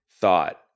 thought